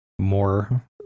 more